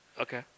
Okay